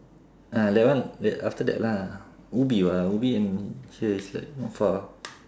ah that one that after that lah ubi [what] ubi and here is like not far